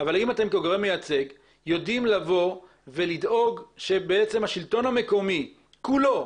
- יודעים לבוא ולדאוג שהשלטון המקומי כולו